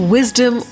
Wisdom